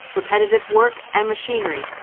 repetitive work and machinery.